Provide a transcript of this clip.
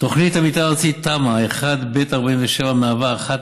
תוכנית המתאר הארצית תמ"א 47/ב/1 מהווה אחת